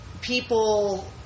people